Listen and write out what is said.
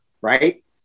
right